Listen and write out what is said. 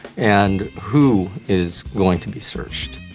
and who is going to be searched.